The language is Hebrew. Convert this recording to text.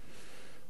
בקיץ הקודם,